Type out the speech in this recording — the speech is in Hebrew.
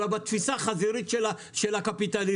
אז זה הרבה יותר קשה להגיע לשם ולהטעין את המכשיר,